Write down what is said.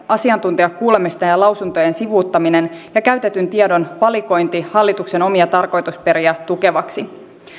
asiantuntijakuulemisten ja lausuntojen sivuuttaminen ja käytetyn tiedon valikointi hallituksen omia tarkoitusperiä tukevaksi